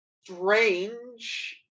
strange